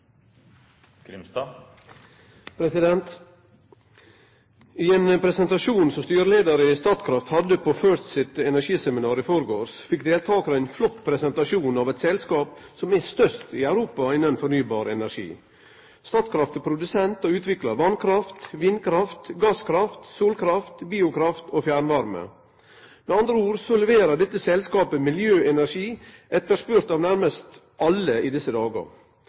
i Statkraft gav på First sitt energiseminar i førgårs deltakarane ein flott presentasjon av eit selskap som er størst i Europa innanfor fornybar energi. Statkraft er produsent, og utviklar vasskraft, vindkraft, gasskraft, solkraft, biokraft og fjernvarme. Med andre ord leverer dette selskapet miljøenergi som er etterspurd av nærmast alle i desse